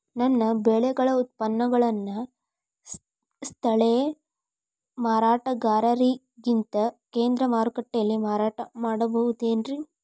ನಮ್ಮ ಬೆಳೆಗಳ ಉತ್ಪನ್ನಗಳನ್ನ ಸ್ಥಳೇಯ ಮಾರಾಟಗಾರರಿಗಿಂತ ಕೇಂದ್ರ ಮಾರುಕಟ್ಟೆಯಲ್ಲಿ ಮಾರಾಟ ಮಾಡಬಹುದೇನ್ರಿ?